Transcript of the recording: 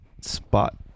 spot